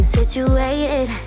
situated